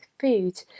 Food